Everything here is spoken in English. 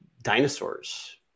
Dinosaurs